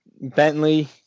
Bentley